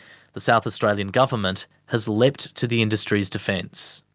the south australian government has leapt to the industry's defence.